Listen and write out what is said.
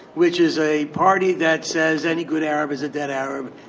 which is a party that says any good arab is a dead arab.